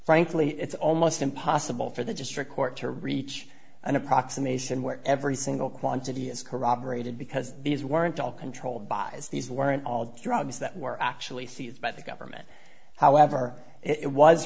frankly it's almost impossible for the district court to reach an approximation where every single quantity is corroborated because these weren't all controlled by is these weren't all drugs that were actually seized by the government however it